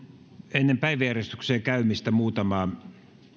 ennen päiväjärjestykseen käymistä muutama